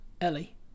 Ellie